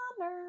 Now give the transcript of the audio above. Honor